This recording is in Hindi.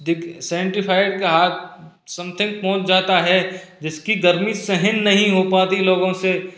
सेवेनटी फाइव के आ सम्थिंग पहुँच जाता है जिसकी गर्मी सहन नहीं हो पाती लोगों से